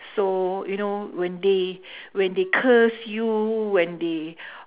so you know when they when they curse you when they